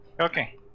Okay